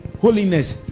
Holiness